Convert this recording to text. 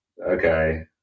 okay